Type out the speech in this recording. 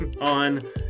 on